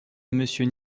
monsieur